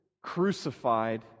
crucified